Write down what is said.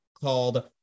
called